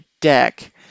deck